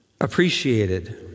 appreciated